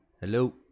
Hello